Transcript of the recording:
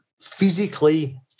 physically